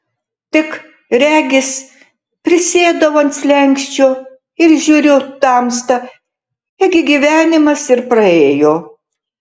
tik regis prisėdau ant slenksčio ir žiūriu tamsta ėgi gyvenimas ir praėjo